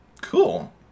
Cool